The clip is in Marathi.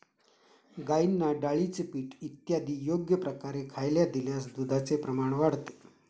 गाईंना डाळीचे पीठ इत्यादी योग्य प्रकारे खायला दिल्यास दुधाचे प्रमाण वाढते